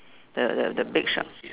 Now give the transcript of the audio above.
the the the big shark